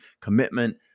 commitment